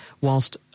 whilst